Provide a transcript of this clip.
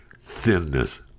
thinness